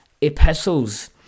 epistles